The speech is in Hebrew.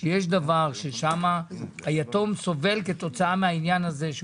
שיש דבר ששם היתום סובל כתוצאה מהעניין הזה שהוא